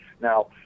Now